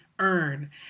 earn